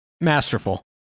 Masterful